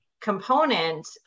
component